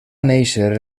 néixer